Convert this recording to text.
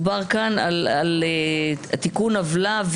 מדובר כאן על תיקון עוולה,